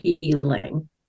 healing